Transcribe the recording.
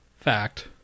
Fact